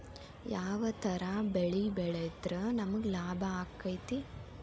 ಯಾವ ತರ ಬೆಳಿ ಬೆಳೆದ್ರ ನಮ್ಗ ಲಾಭ ಆಕ್ಕೆತಿ?